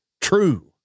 true